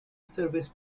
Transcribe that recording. service